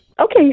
Okay